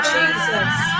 Jesus